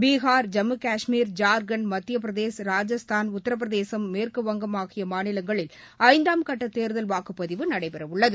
பீகார் ஜம்மு கஷ்மீர் ஜார்க்கண்ட் மத்திய பிரதேஷ் ராஜஸ்தான் உத்திரபிரதேஷ் மேற்குவங்கம் ஆகிய மாநிலங்களில் ஐந்தாம் கட்ட தேர்தல் வாக்குப்பதிவு நடைபெறவுள்ளது